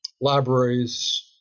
libraries